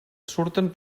surten